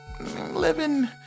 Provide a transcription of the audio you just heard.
living